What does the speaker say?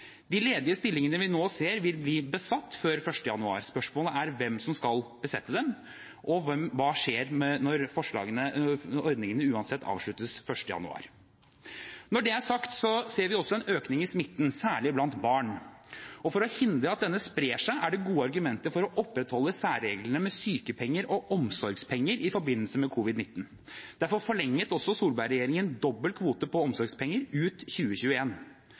De ledige stillingene vi nå ser, vil bli besatt før 1. januar. Spørsmålet er hvem som skal besette dem, og hva som skjer når ordningene uansett avsluttes 1. januar. Når det er sagt, ser vi også en økning i smitten – særlig blant barn. For å hindre at den sprer seg er det gode argumenter for å opprettholde særreglene med sykepenger og omsorgspenger i forbindelse med covid-19. Derfor forlenget også Solberg-regjeringen dobbel kvote på omsorgspenger ut